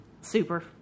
Super